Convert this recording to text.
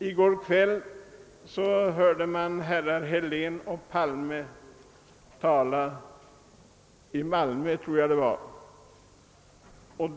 I går kväll hörde jag herrar Helén och Palme tala — jag tror att det var i Malmö.